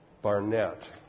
Barnett